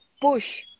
push